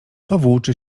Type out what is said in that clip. powłóczy